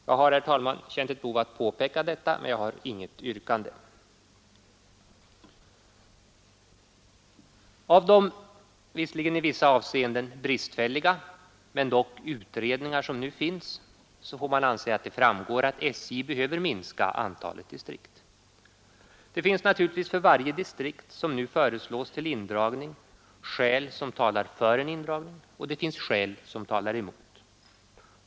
Jag har, herr talman, känt ett behov av att påpeka detta men jag har Av de — visserligen i en del avseenden bristfälliga utredningar som finns får man anse att det framgår att SJ behöver minska antalet distrikt. Det finns för varje distrikt som nu föreslås till indragning skäl som talar för en indragning och skäl som talar emot.